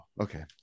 Okay